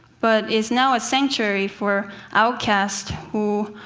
but is now a sanctuary for outcasts, who